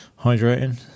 hydrating